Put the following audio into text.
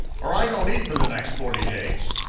or i don't eat for the next forty days.